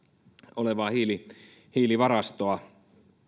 olevaa hiilivarastoa